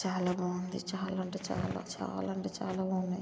చాలా బాగుంది చాలా అంటే చాలా చాలా అంటే చాలా బాగున్నాయి